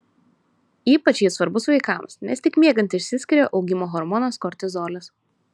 ypač jis svarbus vaikams nes tik miegant išsiskiria augimo hormonas kortizolis